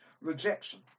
rejection